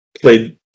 played